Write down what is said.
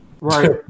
right